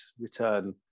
return